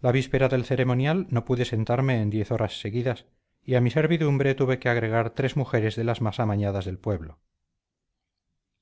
la víspera del ceremonial no pude sentarme en diez horas seguidas y a mi servidumbre tuve que agregar tres mujeres de las más amañadas del pueblo